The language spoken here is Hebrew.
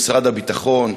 ממשרד הביטחון,